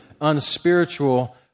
unspiritual